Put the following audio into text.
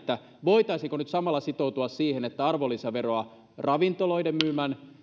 voitaisiinko nyt samalla sitoutua siihen että arvonlisäveroa ravintoloiden myymän